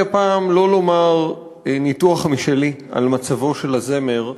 הפעם לא לומר ניתוח משלי על מצבו של הזמר העברי,